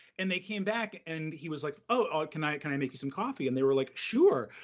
and they came back, and he was like, oh, can i kind of make you some coffee? and they were like, sure.